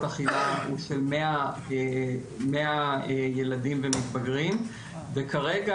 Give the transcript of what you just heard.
אכילה הוא של 100 ילדים ומתבגרים וכרגע,